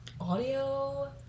audio